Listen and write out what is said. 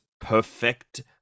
perfect